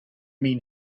mean